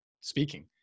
speaking